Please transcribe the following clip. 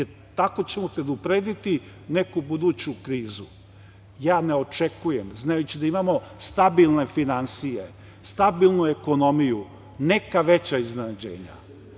jer tako ćemo preduprediti neku buduću krizu. Ja ne očekujem, znajući da imamo stabilne finansije, stabilnu ekonomiju, neka veća iznenađenja.